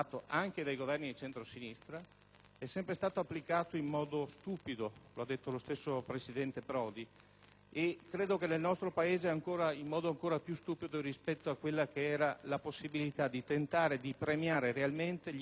è sempre stato applicato in modo stupido, lo ha detto lo stesso presidente Prodi, e nel nostro Paese in modo ancora più stupido rispetto alla possibilità di tentare di premiare realmente gli enti virtuosi rispetto agli spreconi.